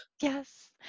Yes